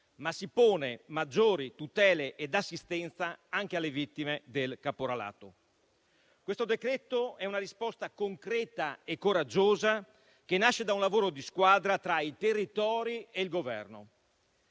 ma si pongono maggiori tutele ed assistenza anche alle vittime del caporalato. Questo decreto è una risposta concreta e coraggiosa, che nasce da un lavoro di squadra tra i territori e il Governo.